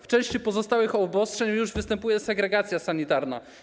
W części pozostałych obostrzeń już występuje segregacja sanitarna.